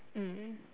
mm